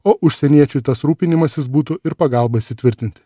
o užsieniečiui tas rūpinimasis būtų ir pagalba įsitvirtinti